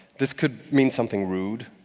this could mean something rude,